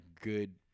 good